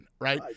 right